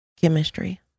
Chemistry